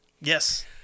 yes